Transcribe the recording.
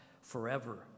forever